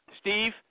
Steve